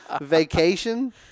Vacation